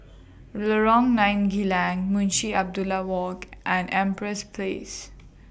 Lorong nine Geylang Munshi Abdullah Walk and Empress Place